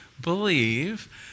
believe